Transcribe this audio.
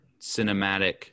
cinematic